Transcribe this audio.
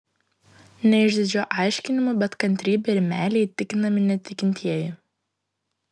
ne išdidžiu aiškinimu bet kantrybe ir meile įtikinami netikintieji